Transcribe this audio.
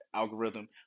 algorithm